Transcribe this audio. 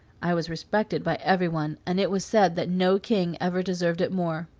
i was respected by everyone, and it was said that no king ever deserved it more.